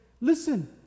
listen